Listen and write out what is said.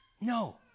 no